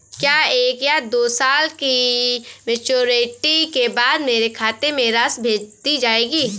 क्या एक या दो साल की मैच्योरिटी के बाद मेरे खाते में राशि भेज दी जाएगी?